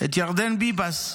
את ירדן ביבס.